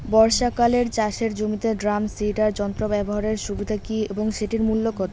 বর্ষাকালে চাষের জমিতে ড্রাম সিডার যন্ত্র ব্যবহারের সুবিধা কী এবং সেটির মূল্য কত?